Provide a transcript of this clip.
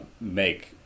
make